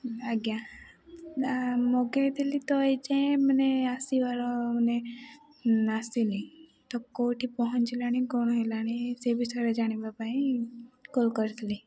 ଆଜ୍ଞା ମଗାଇଥିଲି ତ ଯାଏଁ ମାନେ ଆସିବାର ମାନେ ଆସିନି ତ କେଉଁଠି ପହଞ୍ଚିଲାଣି କ'ଣ ହେଲାଣି ସେ ବିଷୟରେ ଜାଣିବା ପାଇଁ କଲ୍ କରିଥିଲି